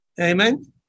Amen